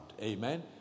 Amen